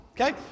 okay